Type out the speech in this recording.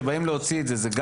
כשבאים להוציא את זה,